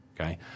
okay